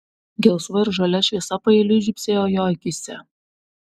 gelsva ir žalia šviesa paeiliui žybsėjo jo akyse